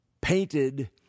painted